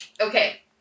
Okay